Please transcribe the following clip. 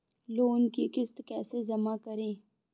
Loan की किश्त कैसे जमा करें?